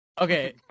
Okay